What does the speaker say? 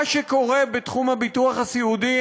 מה שקורה בתחום הביטוח הסיעודי,